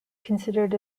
considered